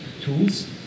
tools